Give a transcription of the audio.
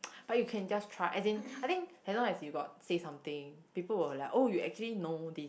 but you can just try and then I think at least you got say something people will like oh you actually know this